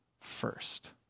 first